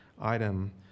item